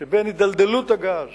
שבין הידלדלות הגז